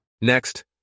Next